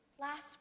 Last